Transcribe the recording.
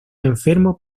enfermo